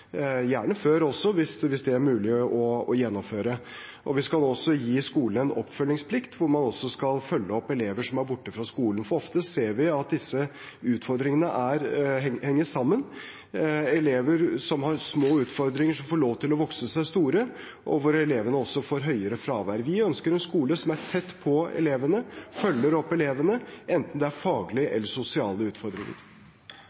gjerne før også, hvis det er mulig å gjennomføre. Vi skal også gi skolen en oppfølgingsplikt, hvor man bl.a. skal følge opp elever som er borte fra skolen. For ofte ser vi at disse utfordringene henger sammen: at elever som har små utfordringer som får lov til å vokse seg store, også får høyere fravær. Vi ønsker en skole som er tett på elevene, som følger opp elevene, enten de har faglige